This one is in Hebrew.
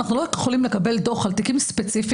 אנחנו לא יכולים לקבל דו"ח על תיקים ספציפיים,